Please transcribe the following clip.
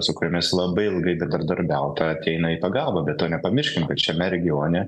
su kuriomis labai ilgai bendradarbiauta ateina į pagalbą be to nepamirškim kad šiame regione